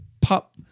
pop